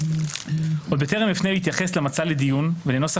עוד בטרם אפנה להתייחס למצע לדיון ולנוסח